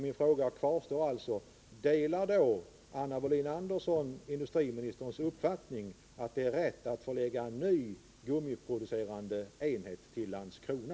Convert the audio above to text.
Min fråga kvarstår alltså: Delar Anna Wohlin Andersson mot den här bakgrunden industriministerns uppfattning att det är rätt att förlägga en ny gummiproducerande enhet till Landskrona?